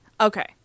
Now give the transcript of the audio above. Okay